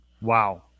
Wow